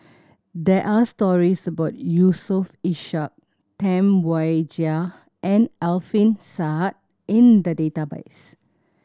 there are stories about Yusof Ishak Tam Wai Jia and Alfian Sa'at in the database